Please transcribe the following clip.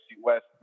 West